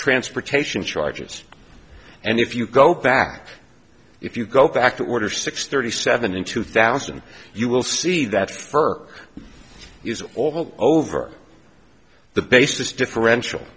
transportation charges and if you go back if you go back to order six thirty seven in two thousand you will see that ferk is all over the basis differential